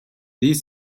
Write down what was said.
his